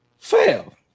Fail